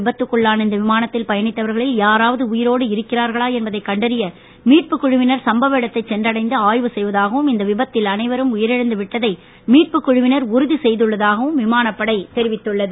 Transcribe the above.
விபத்துக்குள்ளான இந்த விமானத்தில் பயணித்தவர்களில் யாராவது உயிரோடு இருக்கிறார்களா என்பதை கண்டறிய மீட்புக் குழுவினர் சம்பவ இடத்தை சென்றடைந்து ஆய்வு செய்வதாகவும் இந்த விபத்தில் அனைவரும் உயிரிழந்து விட்டதை மீட்புக் குழுவினர் உறுதி செய்துள்ளதாகவும் விமானப்படை தெரிவித்துள்ளது